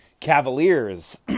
Cavaliers